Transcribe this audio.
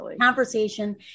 conversation